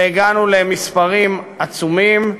והגענו למספרים עצומים,